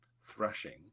thrashing